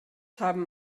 haben